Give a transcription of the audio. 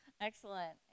Excellent